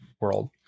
world